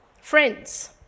Friends